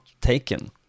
taken